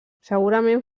segurament